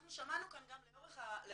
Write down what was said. אנחנו שמענו כאן גם לאורך השנים,